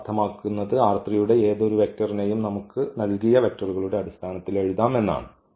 അത് അർത്ഥമാക്കുന്നത് യുടെ ഏതൊരു വെക്ടർനെയും നമുക്ക് നൽകിയ വെക്റ്ററുകളുടെ അടിസ്ഥാനത്തിൽ എഴുതാം എന്നാണ്